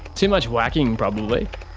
too much whacking probably.